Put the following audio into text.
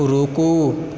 रुकू